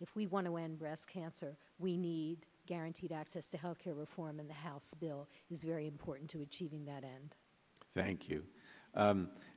if we want to win breast cancer we need guaranteed access to health care reform in the house bill is very important to achieving that and thank you